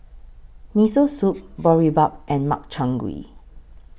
Miso Soup Boribap and Makchang Gui